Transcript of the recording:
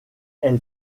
elle